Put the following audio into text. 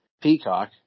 Peacock